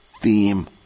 theme